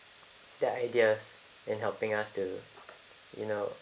their ideas in helping us to you know